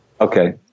Okay